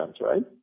Right